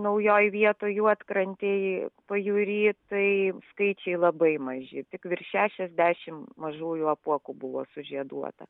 naujoj vietoj juodkrantėj pajūry tai skaičiai labai maži tik virš šešiasdešim mažųjų apuokų buvo sužieduota